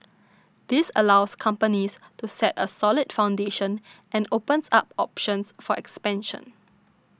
this allows companies to set a solid foundation and opens up options for expansion